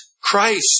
Christ